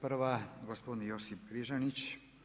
Prva gospodin Josip Križanić.